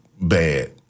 bad